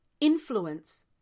influence